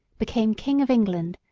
became king of england,